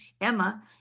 Emma